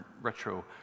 retro